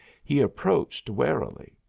he approached warily.